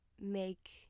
make